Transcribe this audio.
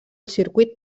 circuit